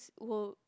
will